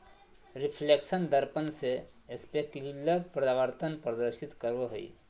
reflection दर्पण से specular परावर्तन प्रदर्शित करो हइ